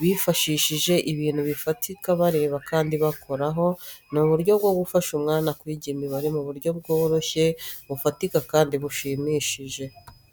bifashishije ibintu bifatika bareba kandi bakoraho. Ni uburyo bwo gufasha umwana kwiga imibare mu buryo bworoshye, bufatika kandi bushimishije.